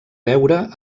veure